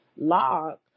log